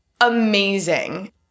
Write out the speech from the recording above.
amazing